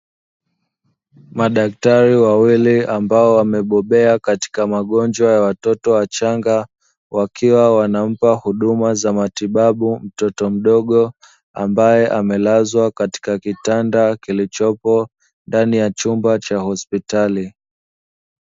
Madaktari wawili ambao wamebobea katika magonjwa ya watoto wachanga wakiwa wanampa huduma za matibabu mtoto mdogo ambaye amelazwa katika kitanda kilichopo ndani ya chumba cha hospitali.